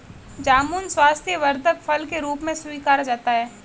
जामुन स्वास्थ्यवर्धक फल के रूप में स्वीकारा जाता है